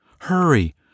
Hurry